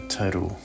total